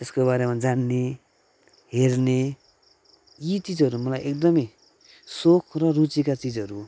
त्यसकोबारेमा जान्ने हेर्ने यी चिजहरू मलाई एकदमै सोख र रुचिका चिजहरू हो